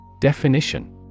Definition